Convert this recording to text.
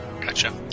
gotcha